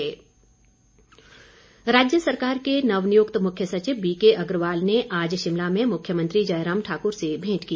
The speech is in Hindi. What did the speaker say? भेंट स्वागत राज्य सरकार के नवनियुक्त मुख्य सचिव बीकेअग्रवाल ने आज शिमला में मुख्यमंत्री जयराम ठाकुर से भेंट की